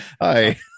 Hi